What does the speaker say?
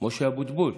משה אבוטבול.